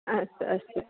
अस्तु अस्तु